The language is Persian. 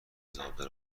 زابه